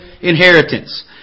inheritance